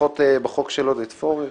לפחות בחוק של עודד פורר